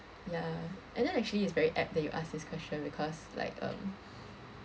ya and then actually it's very apt that you asked this question because like um